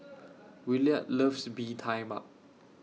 Williard loves Bee Tai Mak